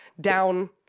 down